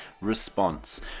Response